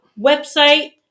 website